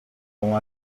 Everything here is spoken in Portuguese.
com